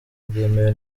bwemewe